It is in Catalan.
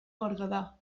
berguedà